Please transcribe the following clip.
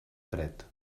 dret